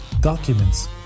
documents